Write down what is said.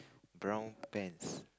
brown pants